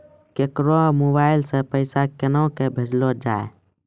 केकरो मोबाइल सऽ पैसा केनक भेजलो जाय छै?